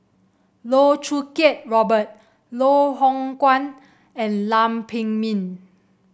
Loh Choo Kiat Robert Loh Hoong Kwan and Lam Pin Min